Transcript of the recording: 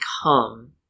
become